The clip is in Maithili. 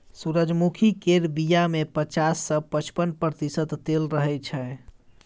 सूरजमुखी केर बीया मे पचास सँ पचपन प्रतिशत तेल रहय छै